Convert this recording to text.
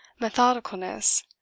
methodicalness